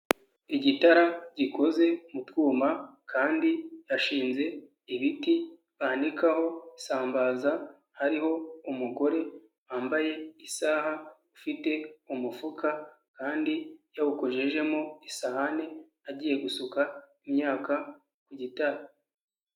Igitara gikoze mu twuma kandi hashinze ibiti bikaho isambaza, hariho umugore wambaye isaha, ufite umufuka kandi yawukojejemo isahani agiye gusuka imyaka ku gitare.